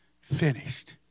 finished